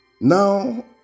Now